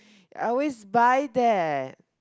I always buy that